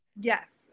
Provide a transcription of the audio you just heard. Yes